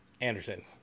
Anderson